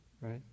right